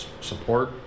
support